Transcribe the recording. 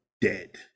dead